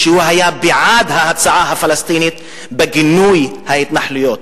והוא היה בעד ההצעה הפלסטינית לגינוי ההתנחלויות.